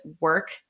work